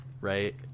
right